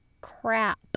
crap